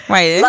Right